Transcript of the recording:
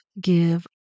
give